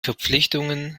verpflichtungen